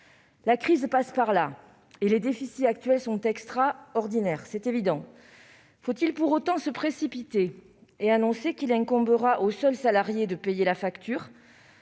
La crise est passée par là, et les déficits actuels sont, à l'évidence, extraordinaires. Faut-il pour autant se précipiter et annoncer qu'il incombera aux seuls salariés de payer la facture,